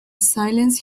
silence